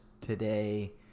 today